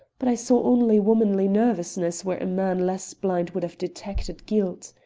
but i saw only womanly nervousness where a man less blind would have detected guilt.